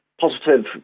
positive